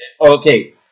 Okay